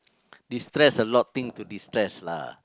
destress a lot thing to destress lah